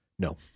No